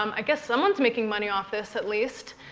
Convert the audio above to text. um i guess someone is making money off this at least.